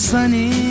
Sunny